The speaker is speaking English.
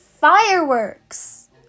fireworks